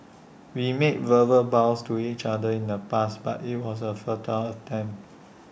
we made verbal vows to each other in the past but IT was A futile attempt